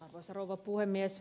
arvoisa rouva puhemies